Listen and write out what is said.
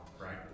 right